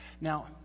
Now